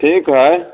ठीक हइ